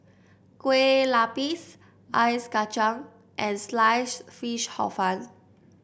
Kueh Lapis Ice Kacang and Sliced Fish Hor Fun